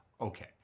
Okay